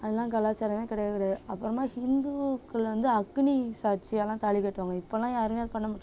அதலாம் கலாச்சாரமே கிடையவே கிடையாது அப்புறமா ஹிந்துக்களை வந்து அக்னி சாட்சியாகலாம் தாலி கட்டுவாங்க இப்போதெலாம் யாருமே அது பண்ண மாட்டேறாங்க